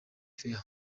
fair